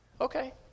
Okay